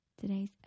Today's